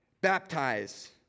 baptize